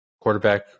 Quarterback